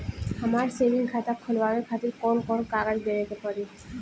हमार सेविंग खाता खोलवावे खातिर कौन कौन कागज देवे के पड़ी?